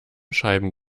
scheiben